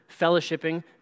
fellowshipping